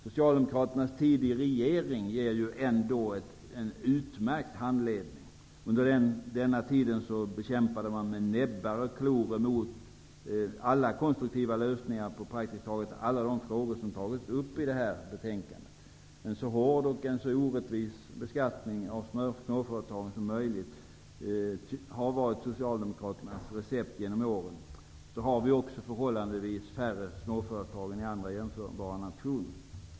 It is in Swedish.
Socialdemokraternas tid i regeringsställning ger ändå en utmärkt handledning. Under den tiden bekämpade man med näbbar och klor alla konstruktiva lösningar på praktiskt taget alla de frågor som tagits upp i detta betänkande. Så hård och orättvis beskattning av småföretagen som möjligt har varit Socialdemokraternas recept genom åren. Men så har vi i Sverige också förhållandevis färre småföretag än andra jämförbara nationer.